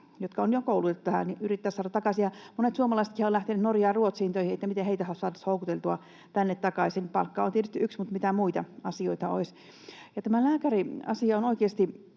jotka on jo koulutettu tähän, ja yrittää saada heidät takaisin? Monet suomalaisetkin ovat lähteneet Norjaan ja Ruotsiin töihin. Miten heitä saataisiin houkuteltua tänne takaisin? Palkka on tietysti yksi, mutta mitä muita asioita olisi? Tämä lääkäriasia on oikeasti